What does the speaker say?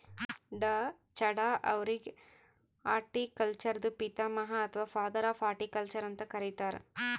ಡಾ.ಚಢಾ ಅವ್ರಿಗ್ ಹಾರ್ಟಿಕಲ್ಚರ್ದು ಪಿತಾಮಹ ಅಥವಾ ಫಾದರ್ ಆಫ್ ಹಾರ್ಟಿಕಲ್ಚರ್ ಅಂತ್ ಕರಿತಾರ್